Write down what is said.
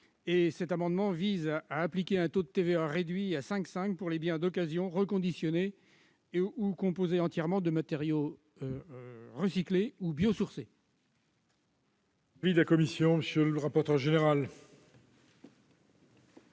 dernière, en appliquant un taux de TVA réduit à 5,5 % sur les biens d'occasion reconditionnés ou composés entièrement de matériaux recyclés ou biosourcés.